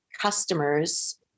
customers